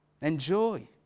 enjoy